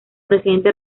reciente